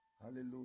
Hallelujah